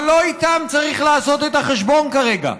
אבל לא איתם צריך לעשות את החשבון כרגע.